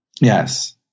Yes